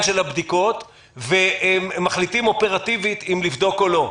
של הבדיקות ומחליטים אופרטיבית אם לבדוק או לא.